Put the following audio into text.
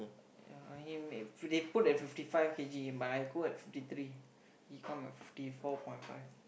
ya only him they put at fifty five K_G but I go at fifty three he come at fifty four point five